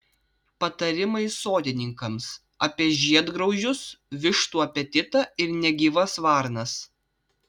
patarimai sodininkams apie žiedgraužius vištų apetitą ir negyvas varnas